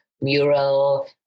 Mural